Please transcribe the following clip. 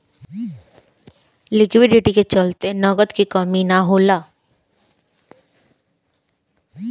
liquidity के चलते नगद के कमी ना होला